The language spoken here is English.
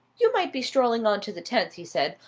you might be strolling on to the tenth, he said.